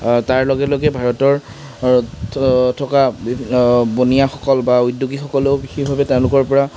তাৰ লগে লগে ভাৰতত থকা বনিয়াসকল বা উদ্যোগীসকলেও বিশেষভাৱে তেওঁলোকৰ পৰা